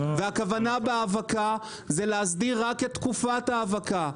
והכוונה להאבקה זה להסדיר רק את תקופת ההאבקה.